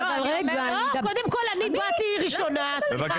לא, קודם כל אני באתי ראשונה, סליחה, אחרי פנינה.